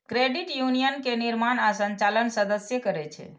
credit union के निर्माण आ संचालन सदस्ये करै छै